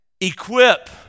equip